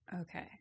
Okay